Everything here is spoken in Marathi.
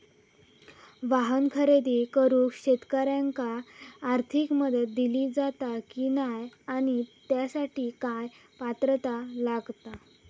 वाहन खरेदी करूक शेतकऱ्यांका आर्थिक मदत दिली जाता की नाय आणि त्यासाठी काय पात्रता लागता?